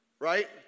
right